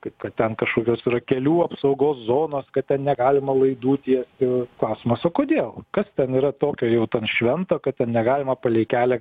kaip kad ten kažkokios yra kelių apsaugos zonos kad negalima laidų tiesti klausimas o kodėl kas ten yra tokio jau švento kad ten negalima palei kelią